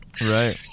Right